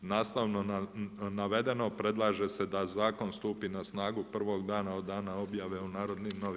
Nastavno navedeno, predlaže se da zakon stupi na snagu prvog dana od dana objave u N.N. Hvala.